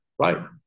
Right